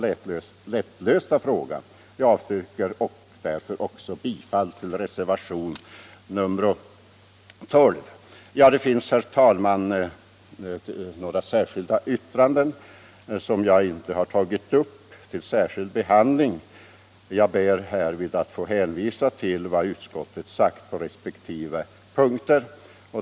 Jag hemställer om bifall till utskottets hemställan även här, vilket innebär avslag på reservationen 12. Slutligen finns det också några särskilda yttranden som jag här inte har tagit upp till behandling. Beträffande dem ber jag att få hänvisa till vad utskottet har anfört under resp. punkter.